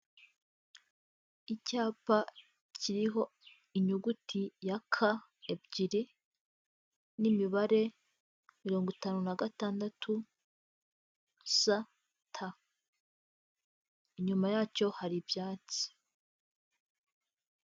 Icyapa kiriho inyuguti ya ka ebyiri n'imibare mirongo itanu na gatandatu, sa, ta. Inyuma yacyo hari ibyatsi.